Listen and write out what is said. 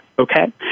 Okay